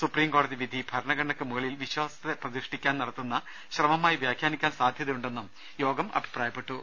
supreme കോടതി വിധി ഭരണഘടനക്ക് മുകളിൽ വിശ്വാസത്തെ പ്രതിഷ്ഠിക്കാൻ നട ത്തുന്ന ശ്രമമായി വ്യാഖ്യാനിക്കാൻ സാധ്യതയുണ്ടെന്നും യോഗം അഭിപ്രായ പ്പെട്ടു